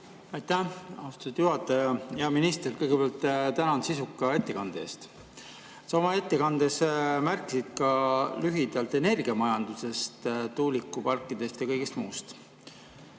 Aitäh, austatud juhataja! Hea minister! Kõigepealt tänan sisuka ettekande eest. Sa oma ettekandes rääkisid lühidalt ka energiamajandusest, tuulikuparkidest ja kõigest muust.